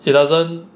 it doesn't